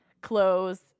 clothes